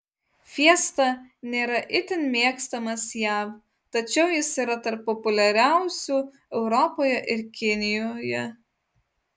fiesta nėra itin mėgstamas jav tačiau jis yra tarp populiariausių europoje ir kinijoje